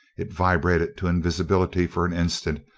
it vibrated to invisibility for an instant,